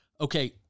okay